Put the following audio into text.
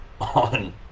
on